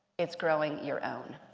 it's growing your own.